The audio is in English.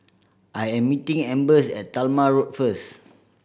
I am meeting Ambers at Talma Road first